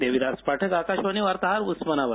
देविदास पाठक आकाशवाणी वार्ताहर उस्मानाबाद